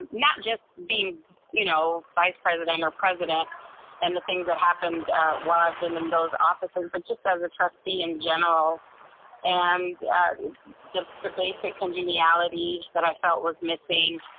um not just being you know vice president or president and the things that happened while i've been in those offices, but just as a trustee in general and the the basic congeniality that i felt was missing.